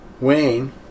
Wayne